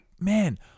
man